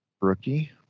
rookie